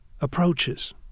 approaches